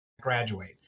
graduate